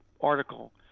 article